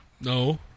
no